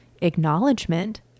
acknowledgement